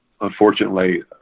unfortunately